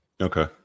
Okay